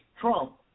Trump